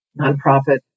nonprofit